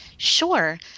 Sure